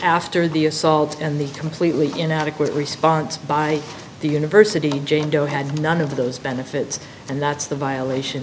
after the assault and the completely inadequate response by the university jane doe had none of those benefits and that's the violation